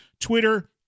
Twitter